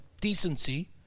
decency